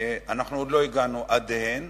ואנחנו עוד לא הגענו עדיהן.